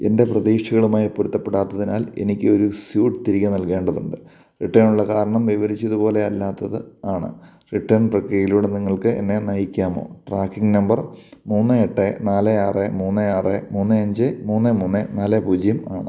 എൻ്റെ പ്രതീക്ഷകളുമായി പൊരുത്തപ്പെടാത്തതിനാൽ എനിക്ക് ഒരു സ്യൂട്ട് തിരികെ നൽകേണ്ടതുണ്ട് റിട്ടേണിനുള്ള കാരണം വിവരിച്ചതുപോലെ അല്ലാത്തത് ആണ് റിട്ടേൺ പ്രക്രിയയിലൂടെ നിങ്ങൾക്ക് എന്നെ നയിക്കാമോ ട്രാക്കിംഗ് നമ്പർ മൂന്ന് എട്ട് നാല് ആറ് മൂന്ന് ആറ് മൂന്ന് അഞ്ച് മൂന്ന് മൂന്ന് നാല് പൂജ്യം ആണ്